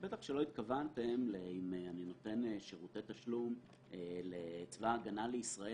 בטח שלא התכוונתם אם אני נותן שירותי תשלום לצבא הגנה לישראל